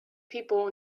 people